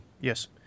Yes